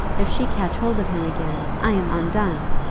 if she catch hold of him again, i am undone.